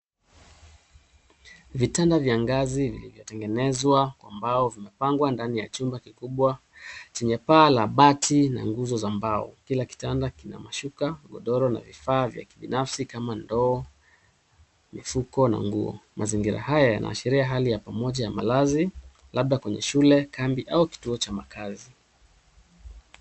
Vitanda vya ngazi vilivyotengenezwa amabo vimepangwa ndani ya jumba kikubwa chenye paa la bati na nguzo za mbao kila kitanda kina mashuka godoro na vifaa vya nyumba vya kibanafsi na ndoo mifugo na nguo. Mazingira haya inaashiria hali ya pamoja ya malazi labda kwenye shule, kambi au kituo cha makazi.